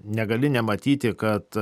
negali nematyti kad